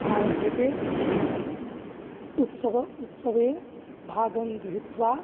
आरभ्यते उत्सव उत्सवे भागं गृहीत्वा